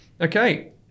Okay